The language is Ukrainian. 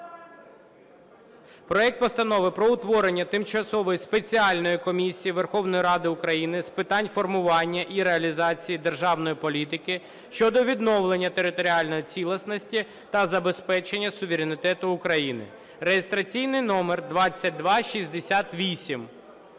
проект Постанови про утворення Тимчасової спеціальної комісії Верховної Ради України з питань формування і реалізації державної політики щодо відновлення територіальної цілісності та забезпечення суверенітету України (реєстраційний номер 2268).